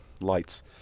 lights